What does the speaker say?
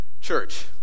Church